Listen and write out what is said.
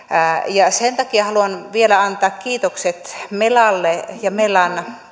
ja sen takia haluan vielä antaa kiitokset melalle ja melan